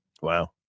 Wow